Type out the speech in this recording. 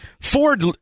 Ford